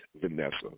Vanessa